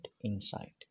inside